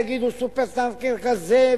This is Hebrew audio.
יגידו: סופר-טנקר כזה,